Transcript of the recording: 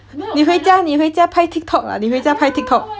你回家你回家拍 TikTok lah 你回家拍 TikTok